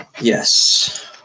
Yes